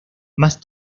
más